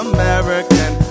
American